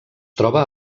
troba